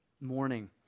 morning